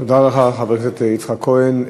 תודה לך, חבר הכנסת יצחק כהן.